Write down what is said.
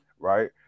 right